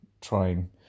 trying